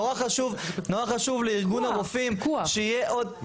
נורא חשוב לארגון הרופאים שיהיה עוד --- פיקוח,